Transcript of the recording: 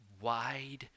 wide